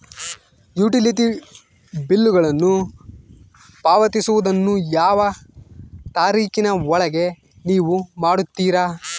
Utility ಬಿಲ್ಲುಗಳನ್ನು ಪಾವತಿಸುವದನ್ನು ಯಾವ ತಾರೇಖಿನ ಒಳಗೆ ನೇವು ಮಾಡುತ್ತೇರಾ?